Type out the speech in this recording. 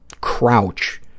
crouch